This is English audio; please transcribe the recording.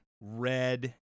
red